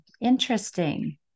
Interesting